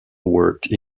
worked